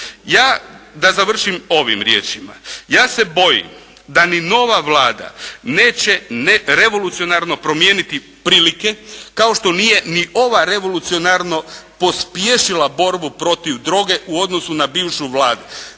Ja, da završim ovim riječima. Ja se bojim da ni nova Vlada neće revolucionarno promijeniti prilike, kao što nije ni ova revolucionarno pospješila borbu protiv droge u odnosu na bivšu Vladu.